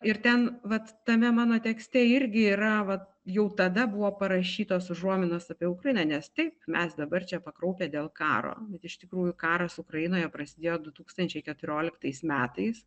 ir ten vat tame mano tekste irgi yra vat jau tada buvo parašytos užuominos apie ukrainą nes taip mes dabar čia pakraupę dėl karo bet iš tikrųjų karas ukrainoje prasidėjo du tūkstančiai keturioliktais metais